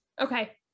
Okay